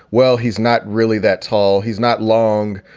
well, he's not really that tall. he's not long.